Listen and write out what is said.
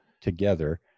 together